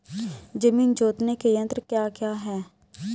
जमीन जोतने के यंत्र क्या क्या हैं?